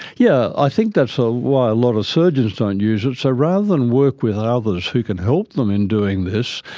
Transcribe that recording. yeah i think that's so why a lot of surgeons don't use it. so rather than work with others who can help them in doing this,